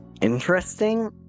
interesting